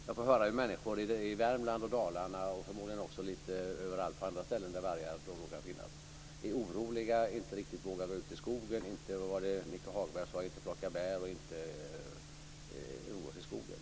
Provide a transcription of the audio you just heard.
Jag får höra hur människor i Värmland, i Dalarna och förmodligen på andra ställen där vargar råkar finnas är oroliga och inte vågar gå ut i skogen, som Michael Hagberg sade, för att plocka bär och umgås.